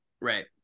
Right